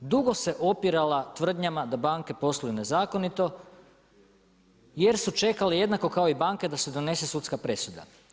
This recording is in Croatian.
HNB dugo se opirala tvrdnjama da banke posluju nezakonito, jer su čekali jednako kao i banke da se donese sudska presuda.